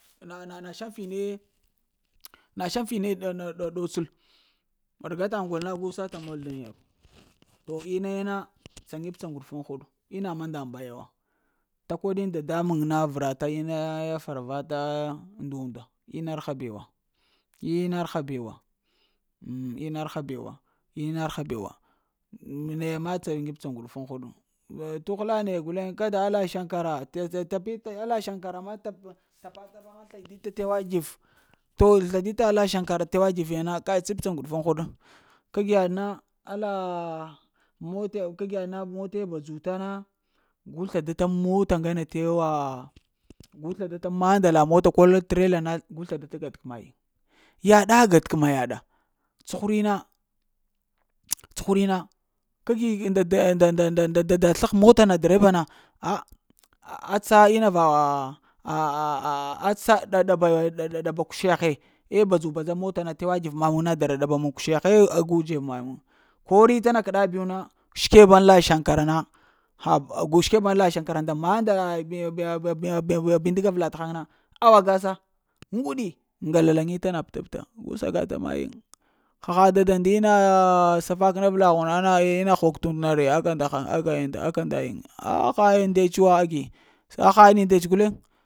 Na na-na shaŋfine na shaŋfine ɗo-ɗo-ɗotsəl na ɗəgatol na gu sata mol daŋ yarwa. To naye na tsa ŋib tsa ŋguɗufuɗ huɗ, inna mandaŋ baya wo. Takoɗ yiŋ dadamuŋ na vəra ta ina ya fara vata ndu nda ina rəha bewo, inarha bewa, inar rna bewa, inarrhabewa naya ma tsanəp tsa ŋguɗufun huɗ. To ghla na guleŋ kada all shankara t'-t’ tapita alla shankara ma ta tapata haŋ tsaŋipta tewa teve to sladita alla shankara tewatər ya na kai tsiptsa ŋguɗufuŋ huɗ kag yaɗ na allaah a mote kag yaɗ na mote badzuta na gu sladataŋ mota ŋgane tewaa, gu sladata mandalis kol trella na gu slada slada gatəlama yiŋ. yada gatəma yiŋ yaɗa gatəkəma yaɗa cuhuri na chihuri na, ka gi nda-ndapnda nda dada sləgh mata na dreba na, ph-ph atsa ina va atsa atsa ɗaba-ah-ɗaba ah ɗa ba kusheghe, eh badzu-badza eh motana ti wa tkyire ma muŋ na dara ɗaba muŋ kushee eh gu dzeb ma muŋ. Kori tana kəɗa biw na, shəkebuŋ la shankara na ha go shekebəŋ la shankara na, haba, shəkebəŋ la shankara nda mandala b'-bə-ba-ba bindiga avla tahaŋ na awagasa ŋguɗi, ŋgala lanita na papta gu sagata mayiŋ haha dada ndina ah ah ah safak na avla hun na na ah ha tna hog tu t’ und na re aka ndahaŋ aka nda haŋ aka ndayiŋ, apa hayiŋ ndets wo agi aha yiŋ ndets guleŋ